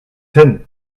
hin